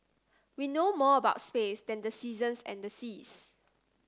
we know more about space than the seasons and seas